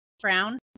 Brown